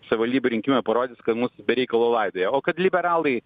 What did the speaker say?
savivaldybių rinkimai parodys kad mus be reikalo laidoja o kad liberalai